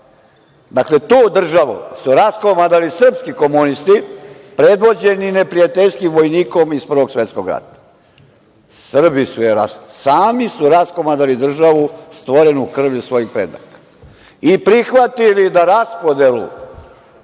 očeva…Dakle, tu državu su raskomadali srpski komunisti predvođeni neprijateljskim vojnikom iz Prvog svetskog rata. Sami su raskomadali državu stvorenu krvlju svojih predaka i prihvatili da raspodelu